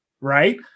right